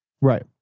Right